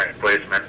placement